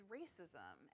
racism